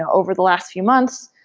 over the last few months,